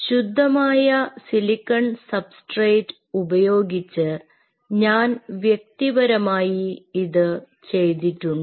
ശുദ്ധമായ silicon substrate ഉപയോഗിച്ച് ഞാൻ വ്യക്തിപരമായി ഇത് ചെയ്തിട്ടുണ്ട്